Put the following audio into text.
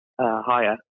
Higher